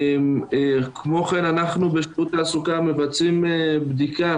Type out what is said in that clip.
כמו כן אנחנו בשירות התעסוקה מבצעים בדיקה